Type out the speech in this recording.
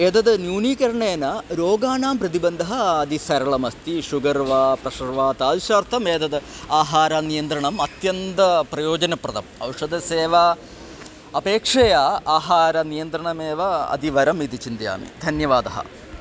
एतद् न्यूनीकरणेन रोगाणां प्रतिबन्धः अति सरलमस्ति शुगर् वा प्रेशर् वा तादृशार्थम् एतद् आहारनियन्त्रणम् अत्यन्तं प्रयोजनप्रदम् औषधसेवा अपेक्षया आहारनियन्त्रणमेव अतिवरम् इति चिन्तयामि धन्यवादः